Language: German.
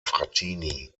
frattini